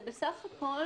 בסך הכול,